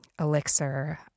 elixir